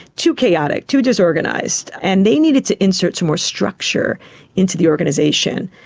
too chaotic, too disorganised, and they needed to insert some more structure into the organisation.